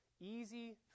easy